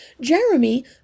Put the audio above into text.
Jeremy